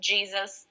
Jesus